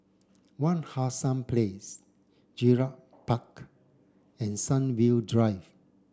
Wak Hassan Place Gerald Park and Sunview Drive